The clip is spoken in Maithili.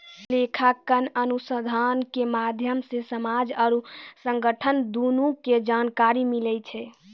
लेखांकन अनुसन्धान के माध्यम से समाज आरु संगठन दुनू के जानकारी मिलै छै